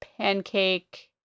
pancake